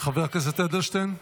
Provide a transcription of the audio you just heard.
חבר הכנסת אדלשטיין.